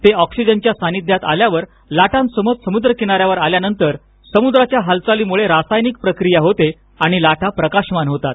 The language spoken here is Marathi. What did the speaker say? ते अॅक्सिजनच्या सान्निध्यात आल्यावर लाटांसोबत समुद्रकिनाऱ्यावर आल्यानंतर समुद्राच्या हालचालीमुळे रासायनिक प्रक्रिया होते आणि लाटा प्रकाशमान होतात